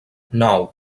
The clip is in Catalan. nou